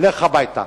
לך הביתה.